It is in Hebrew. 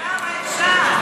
כמה אפשר?